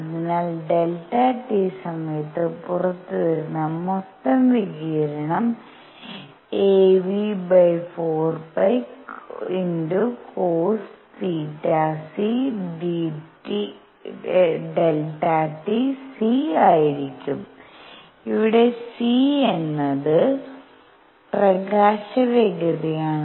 അതിനാൽ Δ t സമയത്ത് പുറത്തുവരുന്ന മൊത്തം വികിരണം αυ4π cosθc Δt c ആയിരിക്കും ഇവിടെ c എന്നത് പ്രകാശവേഗതയാണ്